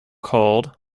called